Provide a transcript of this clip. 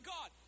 God